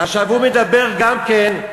עכשיו, הוא מדבר גם כן,